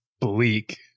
bleak